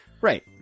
Right